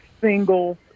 single